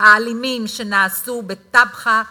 האלימים שנעשו בטבחה ובפוריידיס,